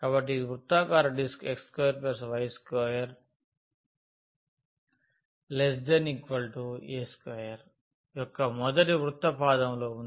కాబట్టి ఇది వృత్తాకార డిస్క్ x2y2a2 యొక్క మొదటి వృత్త పాదంలో ఉంది